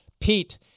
Pete